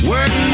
Work